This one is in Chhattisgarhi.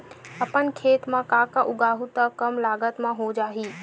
अपन खेत म का का उगांहु त कम लागत म हो जाही?